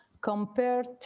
compared